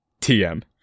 TM